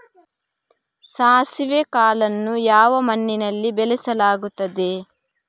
ಸಾಸಿವೆ ಕಾಳನ್ನು ಯಾವ ಮಣ್ಣಿನಲ್ಲಿ ಬೆಳೆಸಲಾಗುತ್ತದೆ?